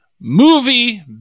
movie